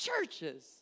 churches